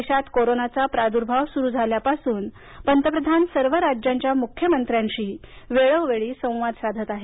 देशात कोरोनाचा प्रादुर्भाव सुरू झाल्यापासून पंतप्रधान सर्व राज्यांच्या मुख्यमंत्र्यांशी वेळोवेळी संवाद साधत आहेत